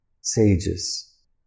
sages